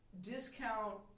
discount